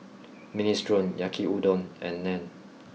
Minestrone Yaki Udon and Naan